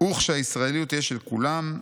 "וכשהישראליות תהיה של כולם,